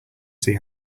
see